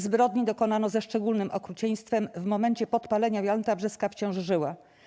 Zbrodni dokonano ze szczególnym okrucieństwem - w momencie podpalenia Jolanta Brzeska wciąż żyła.